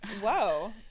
whoa